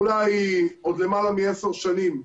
אולי עוד למעלה מעשר שנים,